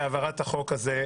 שהעברת החוק הזה,